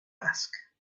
ask